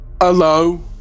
Hello